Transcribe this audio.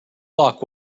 lock